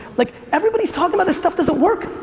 like everybody's talking about this stuff doesn't work.